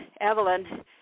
Evelyn